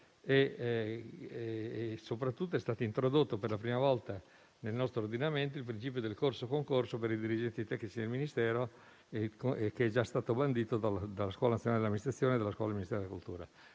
e soprattutto è stato introdotto per la prima volta nel nostro ordinamento il principio del corso-concorso per i dirigenti tecnici del Ministero, che è già stato bandito dalla Scuola nazionale dell'amministrazione e dalla Fondazione Scuola dei beni e delle attività